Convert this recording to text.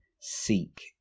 seek